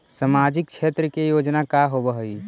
सामाजिक क्षेत्र के योजना का होव हइ?